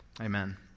Amen